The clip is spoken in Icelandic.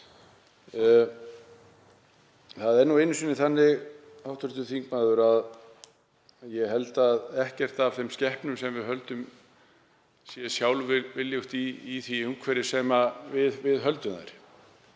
Það er nú þannig, hv. þingmaður, að ég held að ekkert af þeim skepnum sem við höldum séu sjálfviljugar í því umhverfi sem við höldum þær,